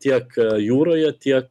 tiek a jūroje tiek